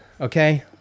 okay